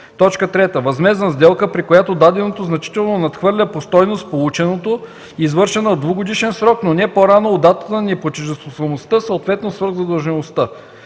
срок; 3. възмездна сделка, при която даденото значително надхвърля по стойност полученото, извършена в двугодишен срок, но не по-рано от датата на неплатежоспособността, съответно свръхзадължеността;